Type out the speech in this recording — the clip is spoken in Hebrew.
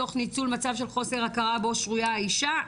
'תוך ניצול מצב של חוסר הכרה בו שרויה האישה,